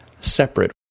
separate